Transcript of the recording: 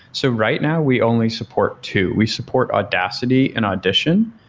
so right now we only support two. we support audacity and audition.